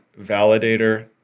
validator